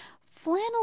flannel